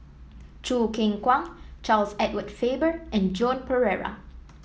Choo Keng Kwang Charles Edward Faber and Joan Pereira